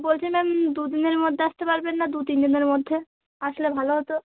বলছি ম্যাম দু দিনের মধ্যে আসতে পারবেন না দু তিনদিনের মধ্যে আসলে ভালো হতো